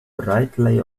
brightly